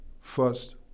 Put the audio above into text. first